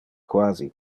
quasi